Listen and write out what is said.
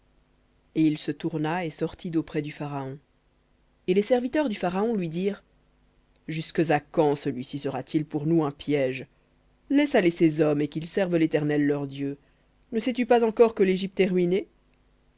et il se tourna et sortit d'auprès du pharaon et les serviteurs du pharaon lui dirent jusques à quand celui-ci sera-t-il pour nous un piège laisse aller ces hommes et qu'ils servent l'éternel leur dieu ne sais-tu pas encore que l'égypte est ruinée